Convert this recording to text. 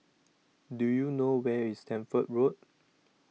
Do YOU know Where IS Stamford Road